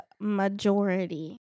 majority